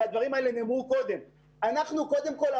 והדברים האלה נאמרו גם קודם: קודם כול ולפני